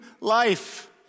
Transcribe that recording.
life